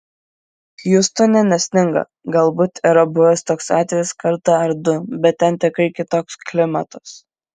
hjustone nesninga galbūt yra buvęs toks atvejis kartą ar du bet ten tikrai kitoks klimatas